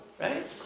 right